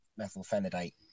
methylphenidate